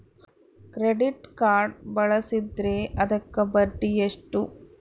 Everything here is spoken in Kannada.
ಕ್ರೆಡಿಟ್ ಕಾರ್ಡ್ ಬಳಸಿದ್ರೇ ಅದಕ್ಕ ಬಡ್ಡಿ ಎಷ್ಟು?